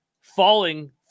falling